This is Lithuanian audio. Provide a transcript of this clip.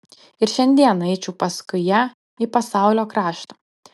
ir šiandieną eičiau paskui ją į pasaulio kraštą